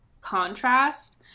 contrast